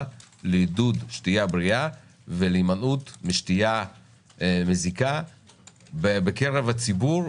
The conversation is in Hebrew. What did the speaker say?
לעידוד שתייה בריאה ולהימנעות משתייה מזיקה בקרב הציבור,